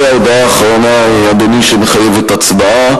ההודעה האחרונה, אדוני, מחייבת הצבעה.